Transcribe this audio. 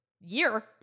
year